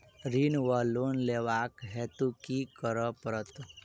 ऋण वा लोन लेबाक हेतु की करऽ पड़त?